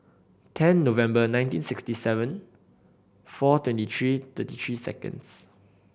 ten November nineteen sixty seven four twenty three thirty three seconds